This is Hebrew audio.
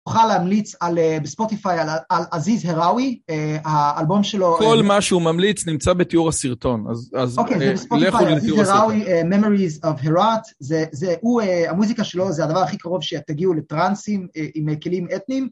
אוכל להמליץ בספוטיפיי על עזיז הראוי, האלבום שלו... כל מה שהוא ממליץ נמצא בתיאור הסרטון, אז לכו לתיאור הסרטון. Memories of Herat, זהו המוזיקה שלו, זה הדבר הכי קרוב שתגיעו לטראנסים עם כלים אתניים.